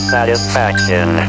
Satisfaction